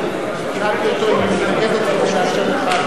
אדוני יושב-ראש הכנסת,